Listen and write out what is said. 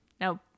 no